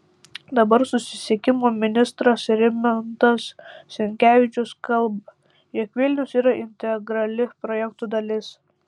dabar susisiekimo ministras rimantas sinkevičius kalba jog vilnius yra integrali projekto dalis